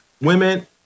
women